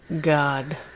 God